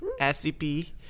SCP